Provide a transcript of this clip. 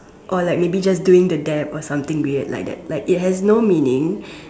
or maybe just doing the dab or something weird like that it has no meaning